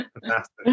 Fantastic